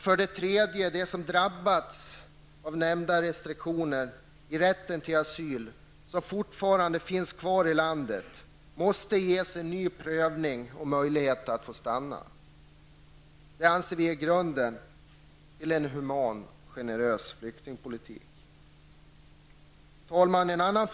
För det tredje: Ge dem som drabbats av nämnda restriktioner i rätten till asyl och som fortfarande finns kvar i landet en ny prövning och möjlighet att få stanna. Detta är grunden för en human och generös flyktingpolitik. Herr talman!